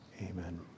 Amen